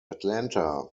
atlanta